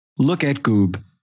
lookatgoob